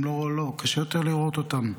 קשה לראות אותם,